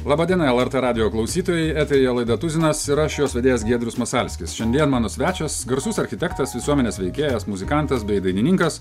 laba diena lrt radijo klausytojai eteryje laida tuzinas ir aš jos vedėjas giedrius masalskis šiandien mano svečias garsus architektas visuomenės veikėjas muzikantas bei dainininkas